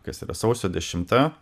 kas yra sausio dešimta